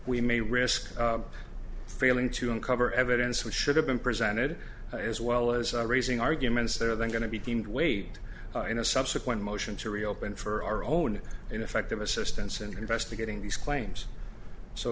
we may risk failing to uncover evidence which should have been presented as well as raising arguments they're then going to be deemed weighed in a subsequent motion to reopen for our own ineffective assistance and investigating these claims so